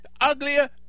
uglier